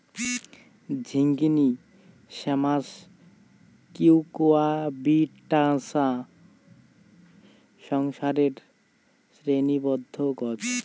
ঝিঙ্গিনী শ্যামাস কিউকুয়াবিটাশা সংসারের শ্রেণীবদ্ধ গছ